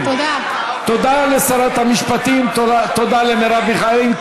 תודה לשרת המשפטים, תודה למרב מיכאלי.